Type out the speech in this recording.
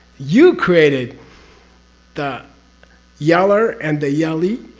you created the yeller and the yellee?